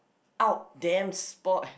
out damn sport